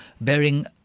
bearing